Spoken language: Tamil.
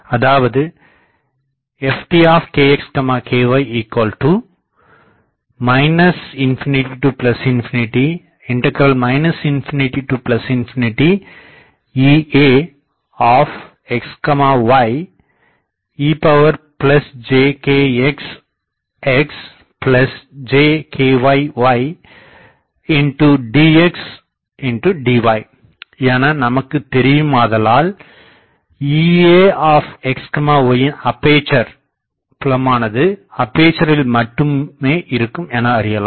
அதாவது Ftkxky ∞∞∞∞ Eaxy ejkxxjkyy dxdy எனநமக்குத் தெரியுமாதலால் Eaxyன் அப்பேசர் புலமானது அப்பேசரில் மட்டுமே இருக்கும் என அறியலாம்